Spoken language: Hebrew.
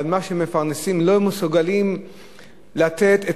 אבל במה שמתפרנסים לא מסוגלים לתת את